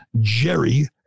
Jerry